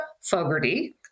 Fogarty